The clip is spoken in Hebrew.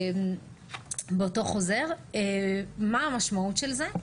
וגם מה המשמעות של זה,